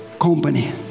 company